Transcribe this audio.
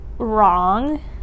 wrong